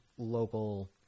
local